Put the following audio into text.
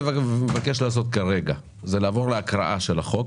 אני מבקש לעבור עכשיו להקראה של החוק.